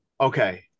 okay